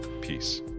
peace